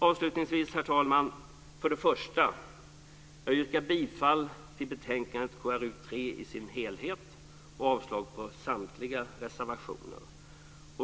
Avslutningsvis vill jag, herr talman, för det första yrka bifall till utskottets förslag i deras helhet i betänkande KrU3 och avslag på samtliga reservationer.